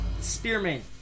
Spearman